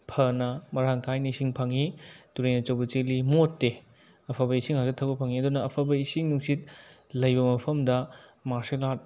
ꯐꯅ ꯃꯔꯥꯡ ꯀꯥꯏꯅ ꯏꯁꯤꯡ ꯐꯪꯉꯤ ꯇꯨꯔꯦꯜ ꯑꯆꯧꯕ ꯆꯦꯜꯂꯤ ꯃꯣꯠꯇꯦ ꯑꯐꯕ ꯏꯁꯤꯡ ꯉꯥꯛꯇ ꯊꯛꯄ ꯐꯪꯉꯤ ꯑꯗꯨꯅ ꯑꯐꯕ ꯏꯁꯤꯡ ꯅꯨꯡꯁꯤꯠ ꯂꯩꯕ ꯃꯐꯝꯗ ꯃꯥꯔꯁꯤꯌꯦꯜ ꯑꯥꯔꯠ